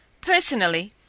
Personally